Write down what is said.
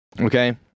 Okay